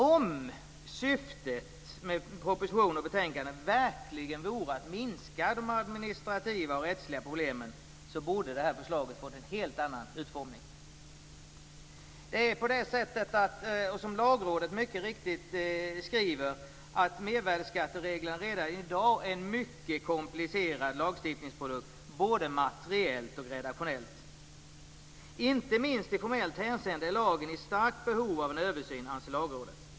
Om syftet med propositionen och betänkandet verkligen vore att minska de administrativa och rättsliga problemen borde det här förslaget ha fått en helt annan utformning. Som Lagrådet mycket riktigt skriver är mervärdesskattelagen redan i dag en mycket komplicerad lagstiftningsprodukt både materiellt och redaktionellt. Inte minst i formellt hänseende är lagen i starkt behov av översyn, anser Lagrådet.